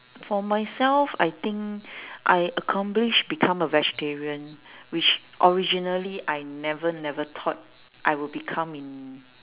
for myself I think I accomplish become a vegetarian which originally I never never thought I would become in